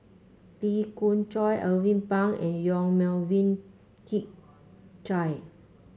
Lee Khoon Choy Alvin Pang and Yong Melvin Yik Chye